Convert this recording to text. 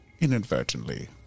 inadvertently